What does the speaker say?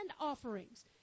offerings